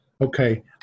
Okay